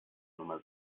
nummer